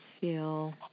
feel